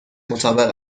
مطابق